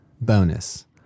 Bonus